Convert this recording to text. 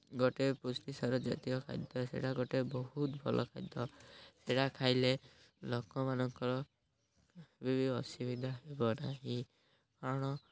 ଗୋଟେ ପୁଷ୍ଟିସାର ଜାତୀୟ ଖାଦ୍ୟ ସେଇଟା ଗୋଟେ ବହୁତ ଭଲ ଖାଦ୍ୟ ସେଇଟା ଖାଇଲେ ଲୋକମାନଙ୍କର ବି ଅସୁବିଧା ହେବ ନାହିଁ କାରଣ